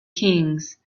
kings